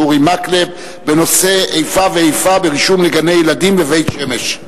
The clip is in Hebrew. חבר הכנסת אורי מקלב בנושא: איפה ואיפה ברישום לגני-ילדים בבית-שמש.